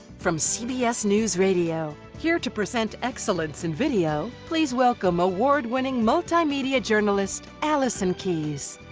from cbs news radio here to present excellence in video, please welcome award winning multimedia journalist allison keyes.